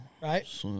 Right